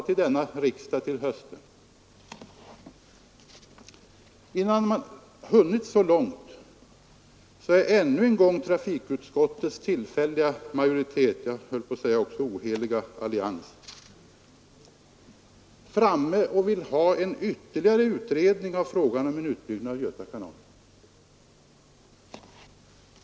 Innan man hunnit så långt är ännu en gång trafikutskottets tillfälliga majoritet — jag höll på att säga oheliga allians — framme och vill ha en ytterligare utredning av frågan om en utbyggnad av Göta kanal.